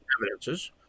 evidences